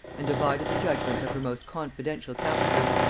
and divided the judgements of her most confidential counsellors.